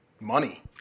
money